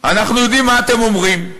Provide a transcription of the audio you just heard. אנחנו יודעים מה אתם אומרים.